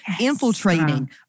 infiltrating